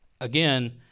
Again